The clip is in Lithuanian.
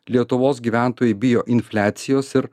lietuvos gyventojai bijo infliacijos ir